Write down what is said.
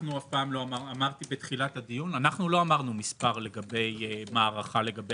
אנחנו אף פעם לא אמרנו מספר, הערכה לגבי